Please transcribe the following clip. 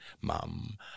mom